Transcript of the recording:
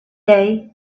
day